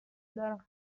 دارم